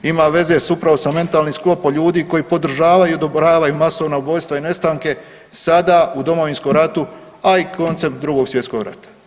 Ima veze upravo sa mentalnim sklopom ljudi koji podržavaju i odobravaju masovna ubojstva i nestanke sada u Domovinskom ratu a i koncem Drugog svjetskog rata.